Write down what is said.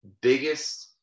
biggest